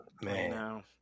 man